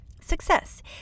success